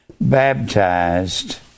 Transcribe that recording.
baptized